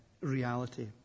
reality